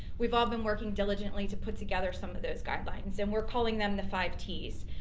we've all been working diligently to put together some of those guidelines and we're calling them the five t's.